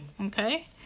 Okay